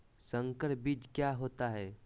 संकर बीज क्या होता है?